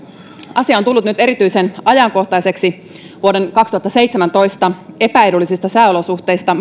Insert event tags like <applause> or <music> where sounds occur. asia on tullut nyt erityisen ajankohtaiseksi vuoden kaksituhattaseitsemäntoista epäedullisista sääolosuhteista <unintelligible>